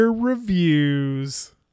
Reviews